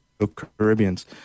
Caribbeans